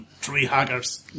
tree-huggers